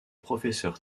professeur